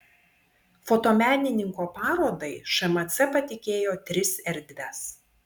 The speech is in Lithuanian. fotomenininko parodai šmc patikėjo tris erdves